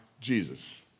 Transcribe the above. Jesus